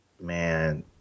man